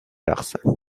رقصن